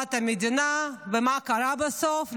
לטובת המדינה, ומה קרה בסוף?